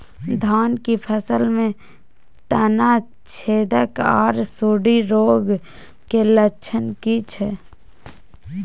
धान की फसल में तना छेदक आर सुंडी रोग के लक्षण की छै?